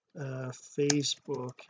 Facebook